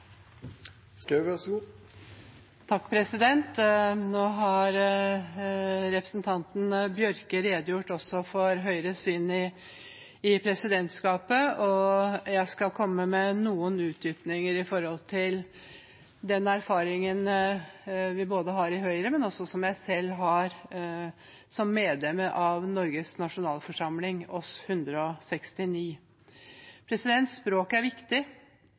Nå har representanten Bjørke redegjort også for Høyres syn i presidentskapet, og jeg skal komme med noen utdypninger når det gjelder den erfaringen vi har i Høyre – også den jeg selv har – som medlemmer av Norges nasjonalforsamling, oss 169. Språk er viktig.